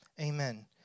Amen